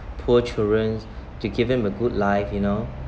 poor children to give them a good life you know